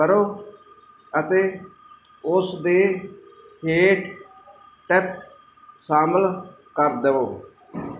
ਕਰੋ ਅਤੇ ਉਸ ਦੇ ਹੇਠ ਟਿਪ ਸ਼ਾਮਲ ਕਰ ਦੇਵੋ